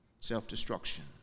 self-destruction